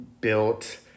built